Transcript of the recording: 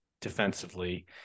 defensively